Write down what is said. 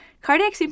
Cardiac